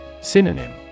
Synonym